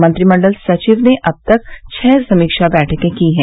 मंत्रिमण्डल सचिव ने अब तक छ समीक्षा बैठकें की हैं